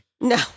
No